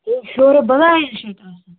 یہِ شورٕ بَلاے حظ چھِ اَتہِ آسان